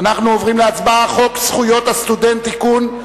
הצעת חוק זכויות הסטודנט (תיקון,